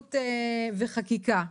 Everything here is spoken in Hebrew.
מדיניות וחקיקה.